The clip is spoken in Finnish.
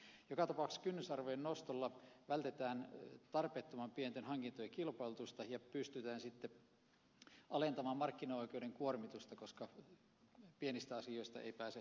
joka tapauksessa kynnysarvojen nostolla vältetään tarpeettoman pienten hankintojen kilpailutusta ja pystyään alentamaan markkinaoikeuden kuormitusta koska pienistä asioista ei pääse valittamaan